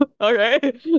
Okay